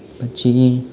પછી